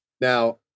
now